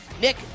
Nick